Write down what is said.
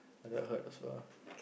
ya that hurt also ah